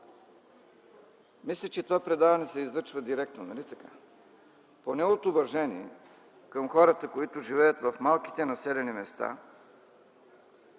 Мисля, че това предаване се излъчва директно, нали така? Поне от уважение към хората, които живеят в малките населени места,